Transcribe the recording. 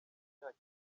imyaka